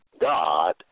God